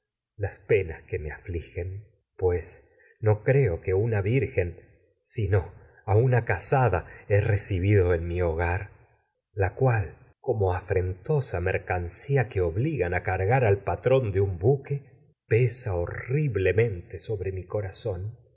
las penas me afligen he creo en que a una virgen sino a la casada recibido que mi hogar a cual como afrentosa mercancía obligan cargar al patrón de un buque pesa horriblemente sobre somos mi corazón